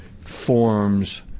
forms